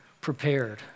prepared